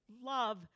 love